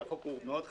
והחוק הוא מאוד חשוב,